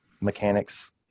mechanics